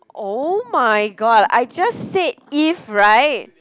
oh-my-god I just said if [right]